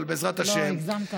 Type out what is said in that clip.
אבל בעזרת השם.